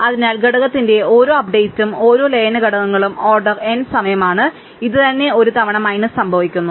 അതിനാൽ ഘടകത്തിന്റെ ഓരോ അപ്ഡേറ്റും ഓരോ ലയന ഘടകങ്ങളും ഓർഡർ n സമയമാണ് ഇത് തന്നെ 1 തവണ മൈനസ് സംഭവിക്കുന്നു